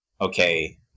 okay